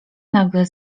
nagle